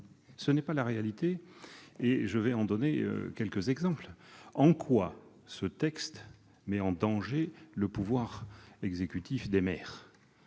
pas à la réalité. Je vais en donner quelques exemples. En quoi ce texte met-il en danger le pouvoir exécutif des maires ?